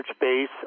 base